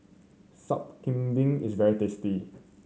Sup Kambing is very tasty